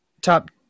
top